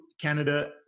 Canada